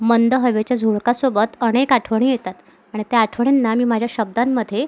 मंद हवेच्या झुळुकासोबत अनेक आठवणी येतात आणि त्या आठवणींना मी माझ्या शब्दांमधे